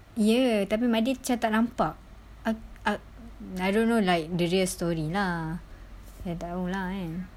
ye tapi mak dia macam tak nampak I don't know like the real story lah tak tahu lah eh